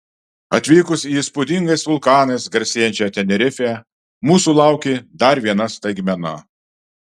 atvykus į įspūdingais vulkanais garsėjančią tenerifę mūsų laukė dar viena staigmena